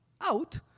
out